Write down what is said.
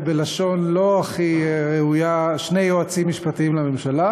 בלשון לא הכי ראויה שני יועצים משפטיים לממשלה,